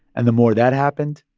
and the more that happened,